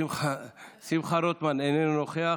שמחה רוטמן, אינו נוכח,